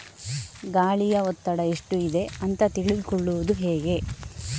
ಗಾಳಿಯ ಒತ್ತಡ ಎಷ್ಟು ಇದೆ ಅಂತ ತಿಳಿದುಕೊಳ್ಳುವುದು ಹೇಗೆ?